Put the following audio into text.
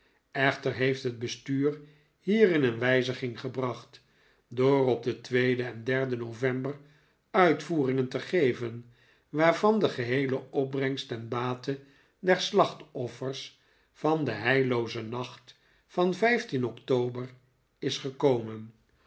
echter heeft het bestuur hierin een wijziging gebracht door op den tweeden en derden november uitvoeringen te geven waarvan de geheele opbrengst ten bate der slachtoffers van den heilloozen nacht van vijftien october is gekomen